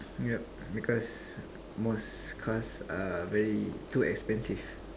yup because most cars are very too expensive